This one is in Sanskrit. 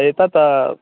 एतत्